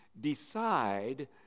decide